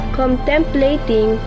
contemplating